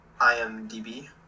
IMDb